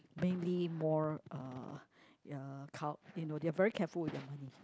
mainly more uh uh care you know they're very careful with their money